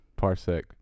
Parsec